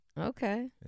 Okay